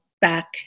back